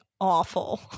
awful